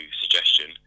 suggestion